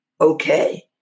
okay